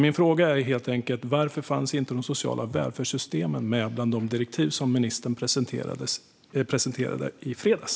Min fråga är helt enkelt: Varför fanns inte de sociala välfärdssystemen med bland de direktiv som ministern presenterade i fredags?